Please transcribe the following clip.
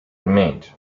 remained